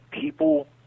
people